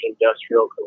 industrial